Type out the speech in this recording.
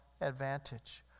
advantage